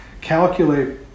calculate